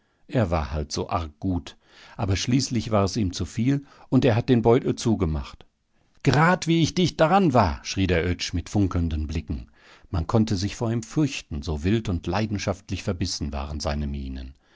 er war halt so arg gut aber schließlich war es ihm zuviel und er hat den beutel zugemacht gerad wie ich dicht daran war schrie der oetsch mit funkelnden blicken man konnte sich vor ihm fürchten so wild und leidenschaftlich verbissen waren seine mienen